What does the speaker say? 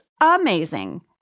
amazing